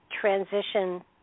transition